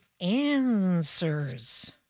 answers